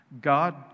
God